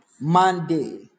Monday